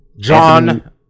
John